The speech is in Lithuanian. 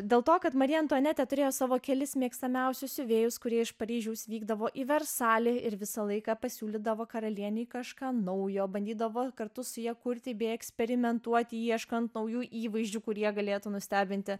dėl to kad marija antuanetė turėjo savo kelis mėgstamiausius siuvėjus kurie iš paryžiaus vykdavo į versalį ir visą laiką pasiūlydavo karalienei kažką naujo bandydavo kartu su ja kurti bei eksperimentuoti ieškant naujų įvaizdžių kurie galėtų nustebinti